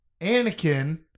Anakin